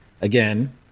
again